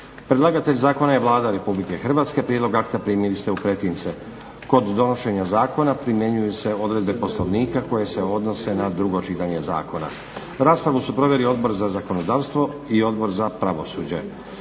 Predlagatelj zakona je Vlada RH. Prijedlog akta primili ste u pretince. Kod donošenja zakona primjenjuju se odredbe Poslovnika koje se odnose na drugo čitanje zakona. Raspravu su proveli Odbor za zakonodavstvo i Odbor za pravosuđe.